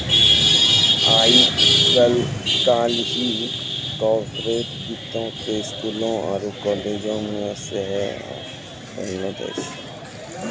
आइ काल्हि कार्पोरेट वित्तो के स्कूलो आरु कालेजो मे सेहो पढ़ैलो जाय छै